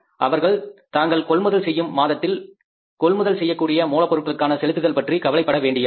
அவர்கள் தாங்கள் கொள்முதல் செய்யும் மாதத்தில் கொள்முதல் செய்யக்கூடிய மூலப் பொருட்களுக்கான செலுத்துதல் பற்றி கவலைப்பட வேண்டியதில்லை